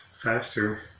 faster